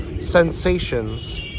sensations